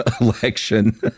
election